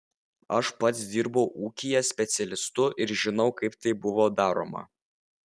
aš pats dirbau ūkyje specialistu ir žinau kaip tai buvo daroma